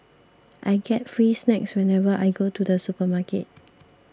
I get free snacks whenever I go to the supermarket